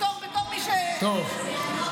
בתור מי, טוב.